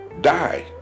die